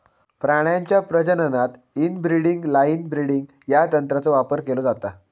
प्राण्यांच्या प्रजननात inbreeding line breeding या तंत्राचो वापर केलो जाता